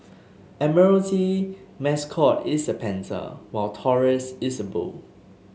Admiralty mascot is a panther while Taurus is a bull